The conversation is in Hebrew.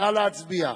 נא להצביע.